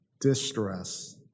distress